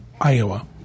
iowa